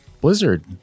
Blizzard